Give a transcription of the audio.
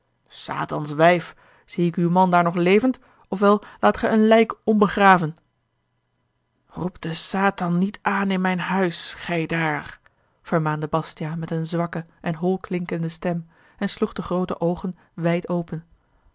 satans wijf zie ik uw man daar nog levend of wel laat gij een lijk onbegraven roep den satan niet aan in mijn huis gij daar vermaande bastiaan met een zwakke en holklinkende stem en sloeg de groote oogen wijd open